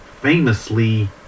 famously